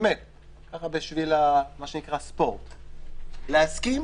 בשביל הספורט, להסכים